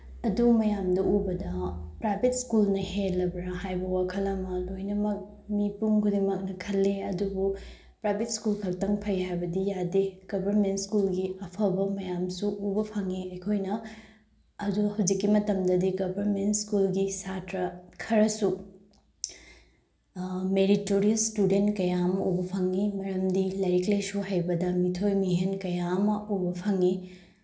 ꯑꯗꯨ ꯃꯌꯥꯝꯗꯨ ꯎꯕꯗ ꯄ꯭ꯔꯥꯏꯚꯦꯠ ꯁ꯭ꯀꯨꯜꯅ ꯍꯦꯜꯂꯕ꯭ꯔꯥ ꯍꯥꯏꯕ ꯋꯥꯈꯜ ꯑꯃ ꯂꯣꯏꯅꯃꯛ ꯃꯤꯄꯨꯝ ꯈꯨꯗꯤꯡꯃꯛꯅ ꯈꯜꯂꯤ ꯑꯗꯨꯕꯨ ꯄ꯭ꯔꯥꯏꯚꯦꯠ ꯁ꯭ꯀꯨꯜ ꯈꯛꯇꯪ ꯐꯩ ꯍꯥꯏꯕꯗꯤ ꯌꯥꯗꯦ ꯒꯕꯔꯃꯦꯟ ꯁ꯭ꯀꯨꯜꯒꯤ ꯑꯐꯕ ꯃꯌꯥꯝꯁꯨ ꯎꯕ ꯐꯪꯉꯦ ꯑꯩꯈꯣꯏꯅ ꯑꯗꯨ ꯍꯧꯖꯤꯛꯀꯤ ꯃꯇꯝꯗꯗꯤ ꯒꯕꯔꯃꯦꯟ ꯁ꯭ꯀꯨꯜꯒꯤ ꯁꯥꯇ꯭ꯔ ꯈꯔꯁꯨ ꯃꯦꯔꯤꯇꯣꯔꯤꯁ ꯏꯁꯇꯨꯗꯦꯟ ꯀꯌꯥ ꯑꯃ ꯎꯕ ꯐꯪꯏ ꯃꯔꯝꯗꯤ ꯂꯥꯏꯔꯤꯛ ꯂꯥꯏꯁꯨ ꯍꯩꯕꯗ ꯃꯤꯊꯣꯏ ꯃꯤꯍꯦꯟ ꯀꯌꯥ ꯑꯃ ꯎꯕ ꯐꯪꯏ